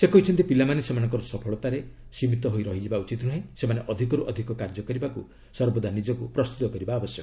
ସେ କହିଛନ୍ତି ପିଲାମାନେ ସେମାନଙ୍କର ସଫଳତାରେ ସୀମିତ ହୋଇ ରହିଯିବା ଉଚିତ୍ ନୁହେଁ ସେମାନେ ଅଧିକରୁ ଅଧିକ କାର୍ଯ୍ୟ କରିବାକୁ ସର୍ବଦା ନିଜକୁ ପ୍ରସ୍ତୁତ କରିବା ଉଚିତ୍